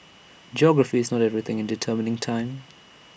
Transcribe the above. geography is not everything in determining time